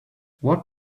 what